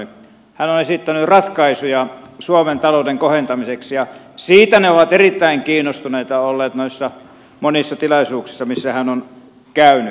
hän on esittänyt ratkaisuja suomen talouden kohentamiseksi ja siitä he ovat erittäin kiinnostuneita olleet noissa monissa tilaisuuksissa joissa hän on käynyt